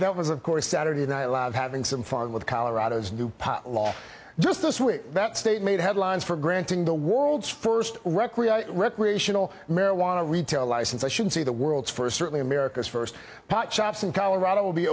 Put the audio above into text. that was of course saturday night live having some fun with colorado's new pot law just this week that state made headlines for granting the world's first recreation recreational marijuana retail license i should say the world's first certainly america's first pot shops in colorado will be